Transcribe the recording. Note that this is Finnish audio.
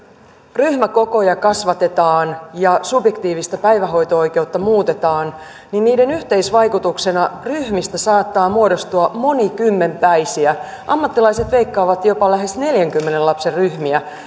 ryhmäkokoja kasvatetaan ja subjektiivista päivähoito oikeutta muutetaan niiden yhteisvaikutuksena ryhmistä saattaa muodostua monikymmenpäisiä ammattilaiset veikkaavat jopa lähes neljänkymmenen lapsen ryhmiä